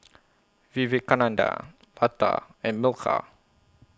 Vivekananda Lata and Milkha